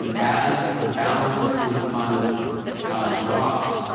um as the balance in the fund drops,